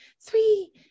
three